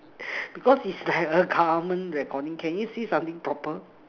because is like a government recording can you say something proper